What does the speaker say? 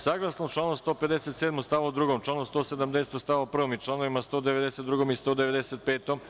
Saglasno članu 157. stavu 2, članu 170. stavu 1. i čl. 192. i 195.